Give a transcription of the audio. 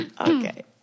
Okay